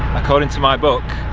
according to my book,